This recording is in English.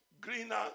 Greener